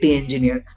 engineer